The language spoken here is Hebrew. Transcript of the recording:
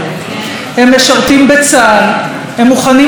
הם מוכנים להיהרג למען המדינה שלנו,